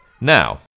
Now